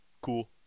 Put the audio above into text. cool